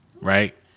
right